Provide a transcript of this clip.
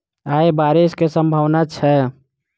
आय बारिश केँ सम्भावना छै?